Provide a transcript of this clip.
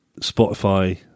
Spotify